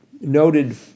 noted